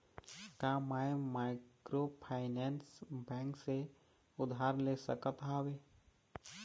का मैं microfinance bank से उधार ले सकत हावे?